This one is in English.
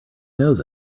knows